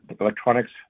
electronics